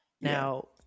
Now